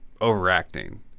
overacting